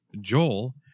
Joel